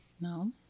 No